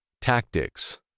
Tactics